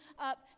up